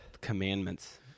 commandments